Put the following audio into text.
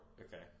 Okay